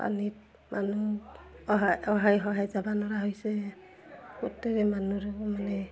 পানীত মানুহ অহা অহাই সহায় যাব নোৱাৰা হৈছে গোটেই মানুহবোৰ মানে